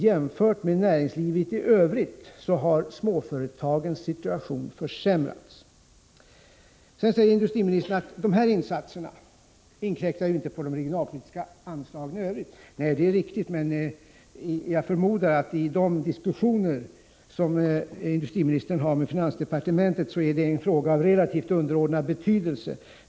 Jämfört med näringslivet i övrigt har småföretagens situation försämrats. Industriministern säger sedan att dessa insatser inte inkräktar på de regionalpolitiska anslagen i övrigt. Nej, det är riktigt, men jag förmodar att i de diskussioner som industriministern har med finansdepartementet är detta en fråga av relativt underordnad betydelse.